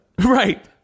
right